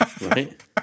right